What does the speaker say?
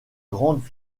grandes